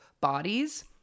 bodies